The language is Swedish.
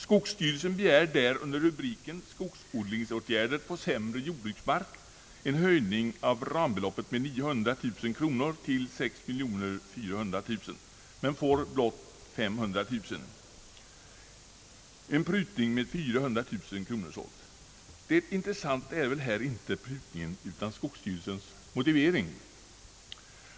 Skogsstyrelsen begär under rubriken »Skogsodlingsåtgärder på sämre jordbruksmark» en höjning av rambeloppet med 900 000 kronor till 6 400 000 kronor men får blott 500 000, således en prutning med 400 000 kronor. Det intressanta är väl här inte prutningen utan skogsstyrelsens motivering.